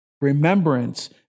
Remembrance